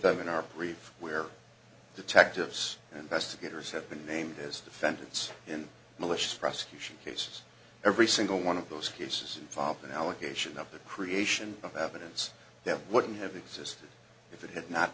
them in our brief where detectives and investigators have been named as defendants in malicious prosecution case every single one of those cases involve an allegation of the creation of evidence that wouldn't have existed if it had not